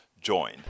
join